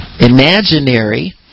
imaginary